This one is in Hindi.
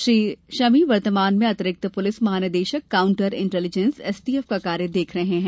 श्री शमी वर्तमान में अतिरिक्त पुलिस महानिदेशक काउंटर इन्टलीजेन्स एसटीएफ का कार्य देख रहे हैं